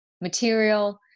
material